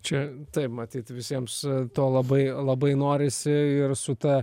čia taip matyt visiems to labai labai norisi ir su ta